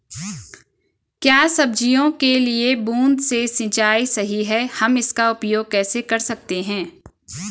क्या सब्जियों के लिए बूँद से सिंचाई सही है हम इसका उपयोग कैसे कर सकते हैं?